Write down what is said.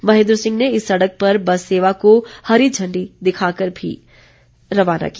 महेन्द्र सिंह ने इस सड़क पर बस सेवा को हरी झण्डी दिखाकर भी रवाना किया